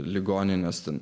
ligonines ten